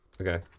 Okay